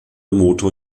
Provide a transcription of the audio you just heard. motor